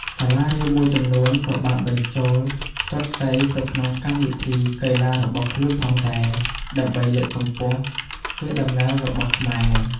សាលារៀនមួយចំនួនក៏បានបញ្ចូលទាត់សីទៅក្នុងកម្មវិធីកីឡារបស់ខ្លួនផងដែរ ដើម្បីលើកកម្ពស់កេរដំណែលរបស់ខ្មែរ។